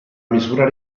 misura